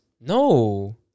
No